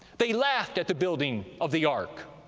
they laughed at the building of the ark.